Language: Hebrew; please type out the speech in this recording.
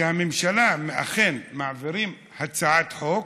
שבממשלה אכן מעבירים הצעת חוק,